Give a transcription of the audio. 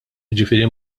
jiġifieri